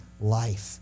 life